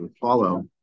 follow